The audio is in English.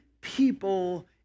people